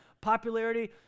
Popularity